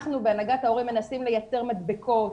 אנחנו בהנהגת ההורים מנסים לייצר מדבקות,